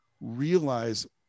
realize